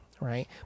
right